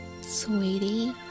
Sweetie